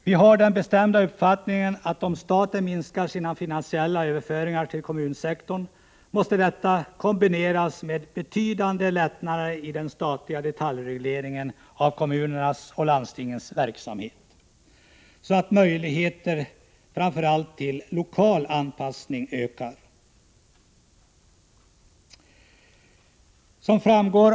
Vi har den bestämda uppfattningen att om staten minskar sina finansiella överföringar till kommunsektorn, måste detta kombineras med betydande lättnader i den statliga detaljregleringen av kommunernas och landstingens verksamhet, så att framför allt möjligheterna till lokala anpassningar ökar.